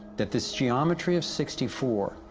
that this geometry of sixty four,